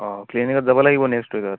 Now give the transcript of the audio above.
অ' ক্লিনিকত যাব লাগিব নেক্সট ৱিকত